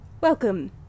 welcome